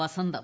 വസന്തം